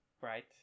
right